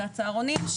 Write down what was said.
שזה הצהרונים,